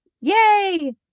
yay